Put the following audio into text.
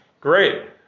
Great